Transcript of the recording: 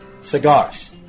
Cigars